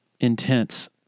intense